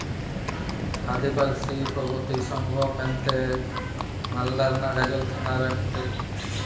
ᱟᱹᱫᱤᱵᱟᱹᱥᱤ ᱯᱨᱚᱜᱚᱛᱤ ᱥᱚᱝᱜᱷᱚ ᱢᱮᱱᱛᱮ ᱢᱟᱞᱫᱟ ᱨᱮᱱᱟᱜ ᱜᱟᱡᱚᱞ ᱛᱷᱟᱱᱟ ᱨᱮ ᱢᱤᱫᱴᱮᱡ